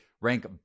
rank